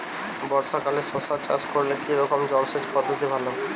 বর্ষাকালে শশা চাষ করলে কি রকম জলসেচ পদ্ধতি ভালো?